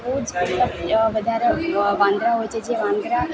બહુ જ મતલબ એવા વધારે વાંદરા હોય છે જે વાંદરા